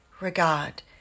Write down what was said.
regard